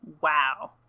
Wow